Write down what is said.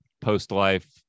post-life